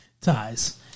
Ties